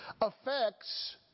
affects